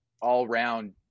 all-round